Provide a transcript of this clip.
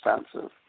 expensive